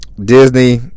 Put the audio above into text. disney